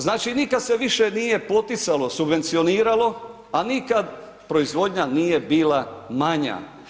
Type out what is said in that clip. Znači nikad se više nije poticalo, subvencioniralo a nikad proizvodnja nije bila manja.